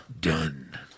Done